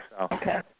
Okay